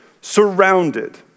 surrounded